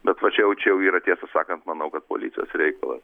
bet va čia jau čia jau yra tiesą sakant manau kad policijos reikalas